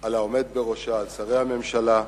על העומד בראשה, על שרי הממשלה.